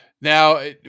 Now